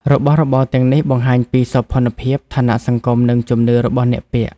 របស់របរទាំងនេះបង្ហាញពីសោភ័ណភាព ឋានៈសង្គម និងជំនឿរបស់អ្នកពាក់។